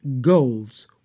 goals